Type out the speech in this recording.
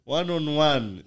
One-on-one